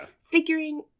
figuring